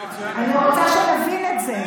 אני רוצה שנבין את זה.